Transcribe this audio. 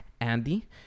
andy